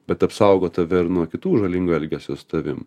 bet apsaugo tave ir nuo kitų žalingų elgesio su tavim